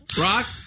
Rock